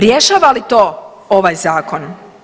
Rješava li to ovaj Zakon?